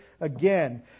again